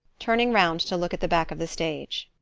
turning round to look at the back of the stage.